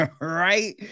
right